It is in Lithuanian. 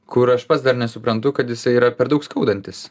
kur aš pats dar nesuprantu kad jisai yra per daug skaudantis